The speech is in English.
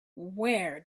where